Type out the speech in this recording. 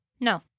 no